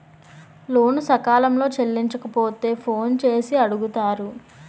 లోను సకాలంలో చెల్లించకపోతే ఫోన్ చేసి అడుగుతారు